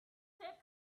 take